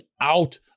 out